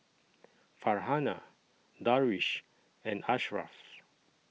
Farhanah Darwish and Ashraf